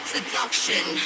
Seduction